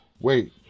Wait